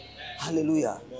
Hallelujah